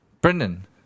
Brendan